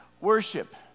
worship